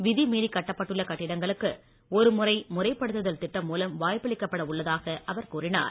விதிமீறி கட்டப்பட்டுள்ள கட்டிடங்களுக்கு ஒரு முறை முறைப்படுத்துதல் திட்டம் மூலம் வாய்ப்பளிக்கப்பட உள்ளதாக அவர் கூறினார்